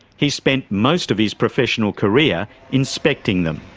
he spent most of his professional career inspecting them.